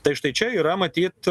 tai štai čia yra matyt